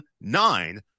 nine